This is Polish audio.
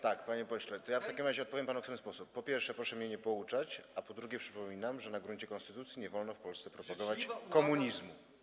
Tak, panie pośle, w takim razie odpowiem panu w ten sposób: po pierwsze, proszę mnie nie pouczać, a po drugie, przypominam, że na gruncie konstytucji nie wolno w Polsce propagować komunizmu.